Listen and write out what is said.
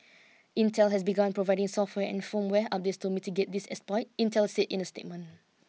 Intel has begun providing software and firmware updates to mitigate these exploits Intel said in a statement